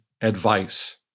advice